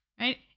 right